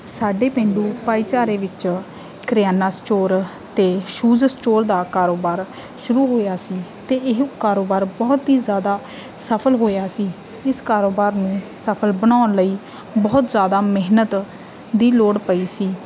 ਸਾਡੇ ਪੇਂਡੂ ਭਾਈਚਾਰੇ ਵਿੱਚ ਕਰਿਆਨਾ ਸਟੋਰ ਅਤੇ ਸ਼ੂਜ਼ ਸਟੋਰ ਦਾ ਕਾਰੋਬਾਰ ਸ਼ੁਰੂ ਹੋਇਆ ਸੀ ਅਤੇ ਇਹ ਕਾਰੋਬਾਰ ਬਹੁਤ ਹੀ ਜ਼ਿਆਦਾ ਸਫਲ ਹੋਇਆ ਸੀ ਇਸ ਕਾਰੋਬਾਰ ਨੂੰ ਸਫਲ ਬਣਾਉਣ ਲਈ ਬਹੁਤ ਜ਼ਿਆਦਾ ਮਿਹਨਤ ਦੀ ਲੋੜ ਪਈ ਸੀ